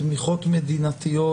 תמיכות מדינתיות,